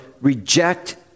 reject